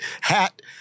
hat